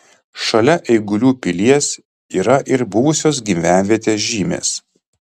šalia eigulių pilies yra ir buvusios gyvenvietės žymės